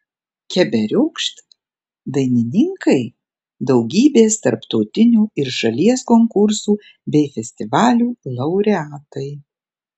keberiokšt dainininkai daugybės tarptautinių ir šalies konkursų bei festivalių laureatai